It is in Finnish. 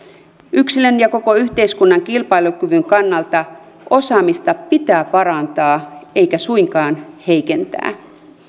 yksilön ja koko yhteiskunnan kilpailukyvyn kannalta osaamista pitää parantaa eikä suinkaan heikentää